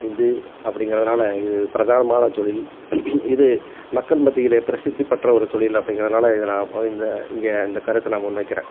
இது அப்படிங்கிறதுனால இது பிரதானமான தொழில் இது மக்கள் மத்தியிலே பிரசித்திப் பெற்ற ஒரு தொழில் அப்படிங்கிறனால இதை நான் இந்த இங்கே இந்த கருத்தை நான் முன் வைக்கிறேன்